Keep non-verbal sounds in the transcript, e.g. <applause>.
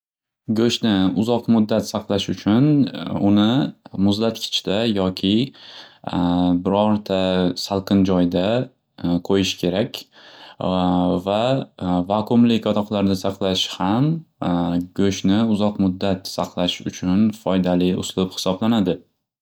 Go'shtni uzoq muddat saqlash uchun uni muzlatgichda yoki <hesitation> bironta salqin joyda qo'yish kerak <hesitation> va vakumli <unintelligible> saqlash ham go'shtni uzoq muddat saqlash uchun foydali usul hisoblanadi.